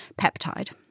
peptide